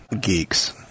geeks